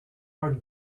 are